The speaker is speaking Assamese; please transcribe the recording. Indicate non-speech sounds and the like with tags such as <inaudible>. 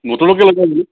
<unintelligible>